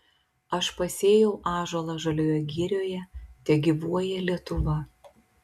aš pasėjau ąžuolą žalioje girioje tegyvuoja lietuva